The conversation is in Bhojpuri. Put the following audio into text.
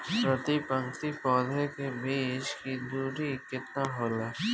प्रति पंक्ति पौधे के बीच की दूरी केतना होला?